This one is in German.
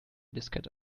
diskette